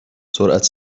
سرعت